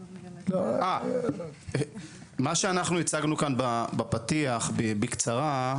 מה שאנחנו הצגנו כאן בפתיח בקצרה,